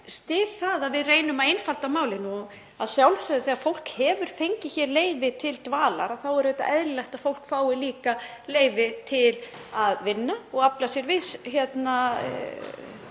styð það að við reynum að einfalda málin og að sjálfsögðu þegar fólk hefur fengið leyfi til dvalar er auðvitað eðlilegt að það fái líka leyfi til að vinna og afla sér tekna.